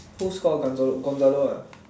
who score gonzo~ Gonzalo ah